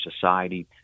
society